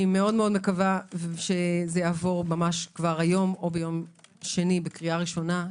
אני מאוד מקווה שזה יעבור כבר היום או ביום שני בקריאה ראשונה.